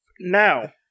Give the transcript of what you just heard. now